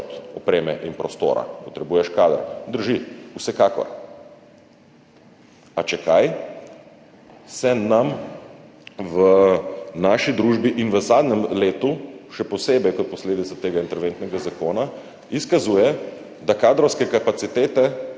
oprema in prostor, potrebuješ kader. Drži, vsekakor. A če kaj, se nam v naši družbi in še posebej v zadnjem letu kot posledica tega interventnega zakona izkazuje, da kadrovske kapacitete